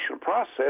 process